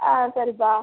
ஆ சரிப்பா